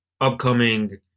upcoming